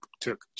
took